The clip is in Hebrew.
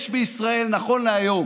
יש בישראל נכון להיום